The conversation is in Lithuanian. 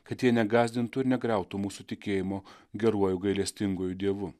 kad jie negąsdintų ir negriautų mūsų tikėjimo geruoju gailestinguoju dievu